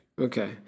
Okay